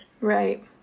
Right